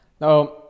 Now